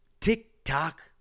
tick-tock